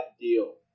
deal